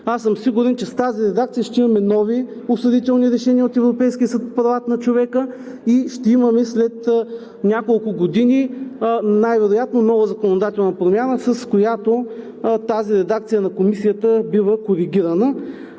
аз съм сигурен, че с тази редакция ще имаме нови осъдителни решения от Европейския съд по правата на човека и ще имаме след няколко години най-вероятно нова законодателна промяна, с която тази редакция на Комисията бива коригирана.